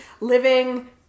living